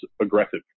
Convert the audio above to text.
aggressive